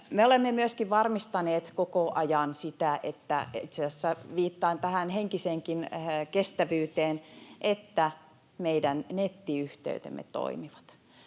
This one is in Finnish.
olemme myöskin varmistaneet koko ajan — itse asiassa viittaan tähän henkiseenkin kestävyyteen — että meidän nettiyhteytemme toimivat.